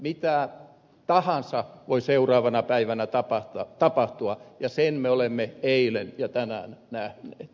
mitä tahansa voi seuraavana päivänä tapahtua ja sen me olemme eilen ja tänään me nyt e